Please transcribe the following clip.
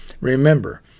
Remember